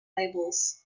labels